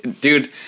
Dude